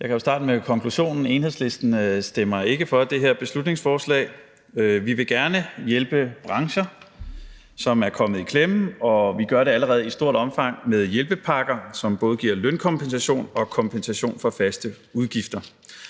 Jeg kan jo starte med konklusionen: Enhedslisten stemmer ikke for det her beslutningsforslag. Vi vil gerne hjælpe brancher, som er kommet i klemme, og vi gør det allerede i stort omfang med hjælpepakker, som både giver lønkompensation og kompensation for faste udgifter.